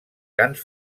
cants